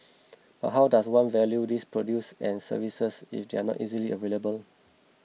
but how does one value these produce and services if they are not easily available